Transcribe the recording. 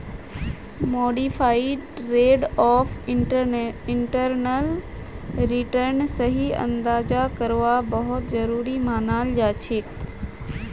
modified rate of internal रिटर्नेर सही अंदाजा करवा बहुत जरूरी मनाल जाछेक